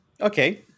Okay